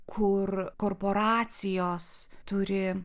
kur korporacijos turi